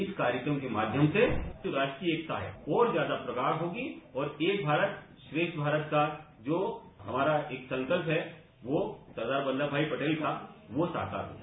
इस कार्यक्रम के माध्यम से जो राष्ट्रीय एकता है वो और ज्यादा प्रगाढ़ होगी और एक भारत श्रेष्ठ भारत का जो हमारा एक संकल्प है वो सरदार वल्लभ भाई पटेल का वो साकार होगा